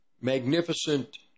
magnificent